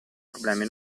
problemi